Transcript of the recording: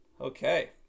Okay